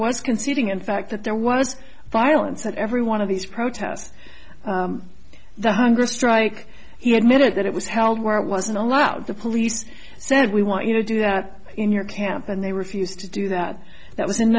was conceding in fact that there was violence at every one of these protests the hunger strike he admitted that it was held where it wasn't allowed the police said we want you to do that in your camp and they refused to do that that was in